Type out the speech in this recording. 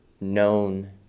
known